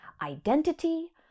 identity